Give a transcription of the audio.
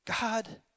God